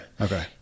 Okay